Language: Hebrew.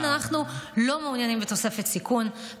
אנחנו לא מעוניינים בתוספת סיכון,